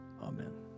Amen